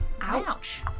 ouch